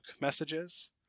messages